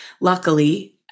luckily